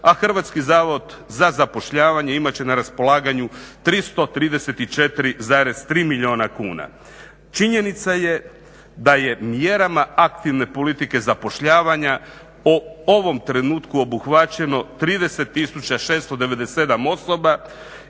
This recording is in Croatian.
a Hrvatski zavod za zapošljavanje imat će na raspolaganju 334,3 milijuna kuna. Činjenica je da je mjerama aktivne politike zapošljavanja u ovom trenutku obuhvaćeno 30 697 osoba